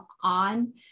on